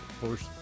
first